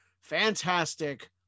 fantastic